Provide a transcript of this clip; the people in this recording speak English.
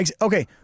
Okay